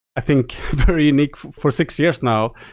i think very unique for six years now,